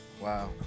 Wow